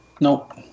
nope